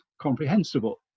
comprehensible